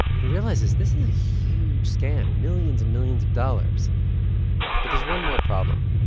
he realizes this is a huge scam millions and millions of dollars but there's one more problem.